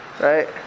Right